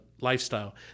lifestyle